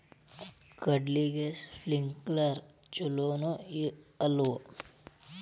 ಕಡ್ಲಿಗೆ ಸ್ಪ್ರಿಂಕ್ಲರ್ ಛಲೋನೋ ಅಲ್ವೋ?